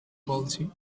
policy